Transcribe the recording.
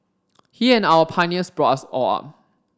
he and our pioneers brought us all up